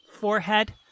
forehead